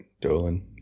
Dolan